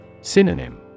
Synonym